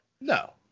No